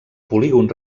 polígon